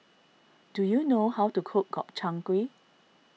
do you know how to cook Gobchang Gui